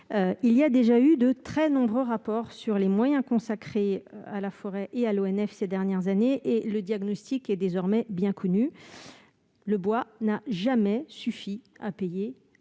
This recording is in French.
il y a déjà eu de très nombreux rapports sur les moyens consacrés à la forêt et à l'ONF ces dernières années. Le diagnostic est désormais bien connu : le bois n'a jamais suffi à payer